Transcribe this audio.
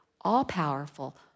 all-powerful